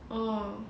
orh